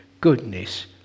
goodness